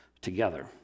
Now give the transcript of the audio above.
together